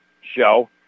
show